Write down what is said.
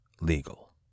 legal